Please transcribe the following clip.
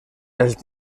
els